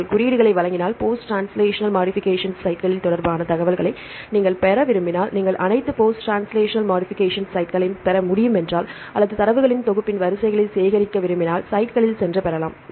நீங்கள் குறியீடுகளை வழங்கினால் போஸ்ட் ட்ரான்ஸ்லேஸ்னல் மோடிஃபிகேஷன்ஸ் சைட்களில் தொடர்பான தகவல்களை நீங்கள் பெற விரும்பினால் நீங்கள் அனைத்து போஸ்ட் ட்ரான்ஸ்லேஸ்னல் மோடிஃபிகேஷன்ஸ் சைட்களையும் பெற முடியுமென்றால் அல்லது தரவுகளின் தொகுப்பின் வரிசைகளை சேகரிக்க விரும்பினால் சைட்களில் சென்று பெறலாம்